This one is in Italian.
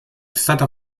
stata